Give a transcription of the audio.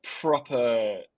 proper